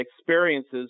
experiences